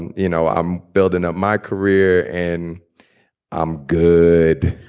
and you know, i'm building up my career and i'm good,